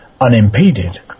unimpeded